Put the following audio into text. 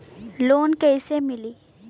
Loan कइसे मिलि?